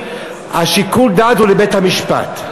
השיקול דעת הוא לבית-המשפט,